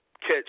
catch